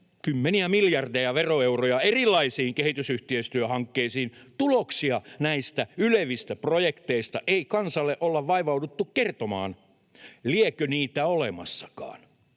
kymmeniä miljardeja veroeuroja erilaisiin kehitysyhteistyöhankkeisiin, tuloksia näistä ylevistä projekteista ei kansalle olla vaivauduttu kertomaan — liekö niitä olemassakaan.